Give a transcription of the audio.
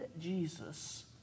Jesus